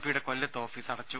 പിയുടെ കൊല്ലത്തെ ഓഫീസ് അടച്ചു